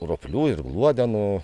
roplių ir gluodenų